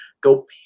Go